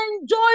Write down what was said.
Enjoy